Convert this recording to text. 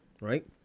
right